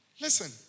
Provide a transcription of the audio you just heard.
listen